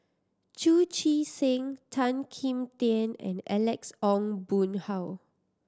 Chu Chee Seng Tan Kim Tian and Alex Ong Boon Hau